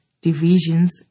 divisions